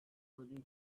wooden